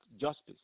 justice